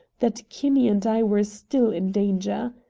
that kinney and i were still in danger.